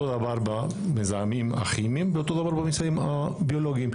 אותו דבר במזהמים הכימיים ואותו דבר במזהמים הביולוגיים.